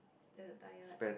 there's a tire